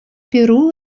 перу